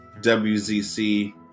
WZC